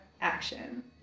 action